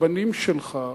הבנים שלך,